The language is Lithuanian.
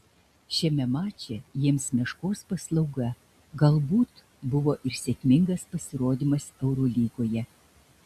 šiame mače jiems meškos paslauga galbūt buvo ir sėkmingas pasirodymas eurolygoje